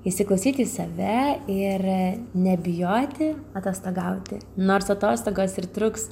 įsiklausyti į save ir nebijoti atostogauti nors atostogos ir truks